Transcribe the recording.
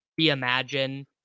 reimagine